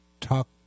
talk